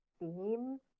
Theme